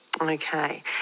Okay